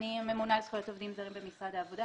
אני ממונה על זכויות עובדים זרים במשרד העבודה,